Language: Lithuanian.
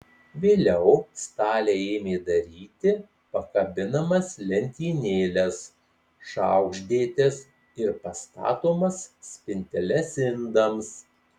vėliau staliai ėmė daryti pakabinamas lentynėles šaukštdėtes ir pastatomas spinteles indams